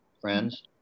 friends